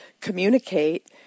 communicate